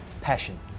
passion